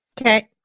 okay